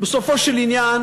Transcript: בסופו של עניין